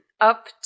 up